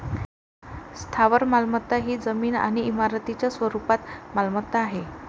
स्थावर मालमत्ता ही जमीन आणि इमारतींच्या स्वरूपात मालमत्ता आहे